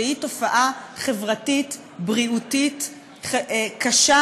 שהיא תופעה חברתית בריאותית קשה,